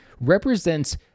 represents